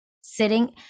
Sitting